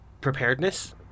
preparedness